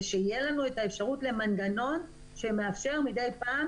ושתהיה לנו האפשרות למנגנון שמאפשר מדי פעם